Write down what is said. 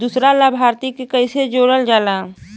दूसरा लाभार्थी के कैसे जोड़ल जाला?